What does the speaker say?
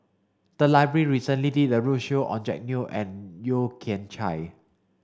the library recently did a roadshow on Jack Neo and Yeo Kian Chai